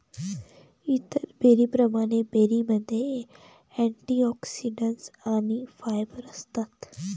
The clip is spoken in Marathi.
इतर बेरींप्रमाणे, बेरीमध्ये अँटिऑक्सिडंट्स आणि फायबर असतात